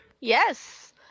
Yes